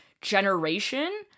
generation